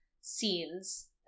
scenes